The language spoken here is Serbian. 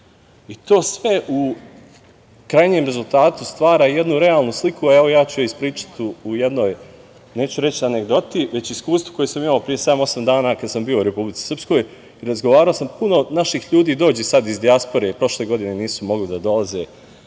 i to sve u krajnjem rezultatu stvara jednu realnu sliku, a evo ja ću je ispričati u jednoj, neću reći anegdoti već iskustvu koje sam imao pre sedam-osam dana, kada sam bio u Republici Srpskoj i razgovarao. Puno naših ljudi dođe sada iz dijaspore, prošle godine nisu mogli da dolaze,